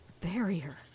Barrier